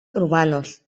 urbanos